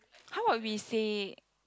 how about we say